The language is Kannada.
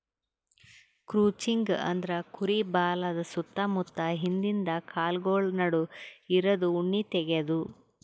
ಕ್ರುಚಿಂಗ್ ಅಂದ್ರ ಕುರಿ ಬಾಲದ್ ಸುತ್ತ ಮುತ್ತ ಹಿಂದಿಂದ ಕಾಲ್ಗೊಳ್ ನಡು ಇರದು ಉಣ್ಣಿ ತೆಗ್ಯದು